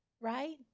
Right